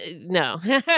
no